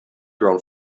grown